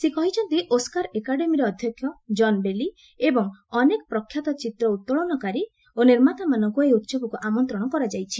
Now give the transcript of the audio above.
ସେ କହିଛନ୍ତି ଓସ୍କାର ଏକାଡେମୀର ଅଧ୍ୟକ୍ଷ ଜନ୍ ବେଲି ଏବଂ ଅନେକ ପ୍ରଖ୍ୟାତ ଚିତ୍ର ଉତ୍ତୋଳନକାରୀ ଓ ନିର୍ମାତାମାନଙ୍କୁ ଏହି ଉହବକୁ ଆମନ୍ତ୍ରଣ କରାଯାଇଛି